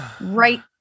right